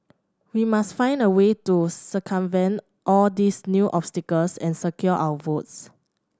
we must find a way to circumvent all these new obstacles and secure our votes